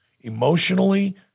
emotionally